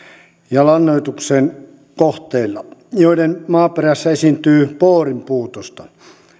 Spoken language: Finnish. ja lannoituksen kohteilla joiden maaperässä esiintyy boorin puutosta